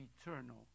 eternal